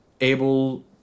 able